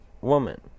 woman